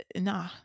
nah